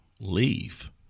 leave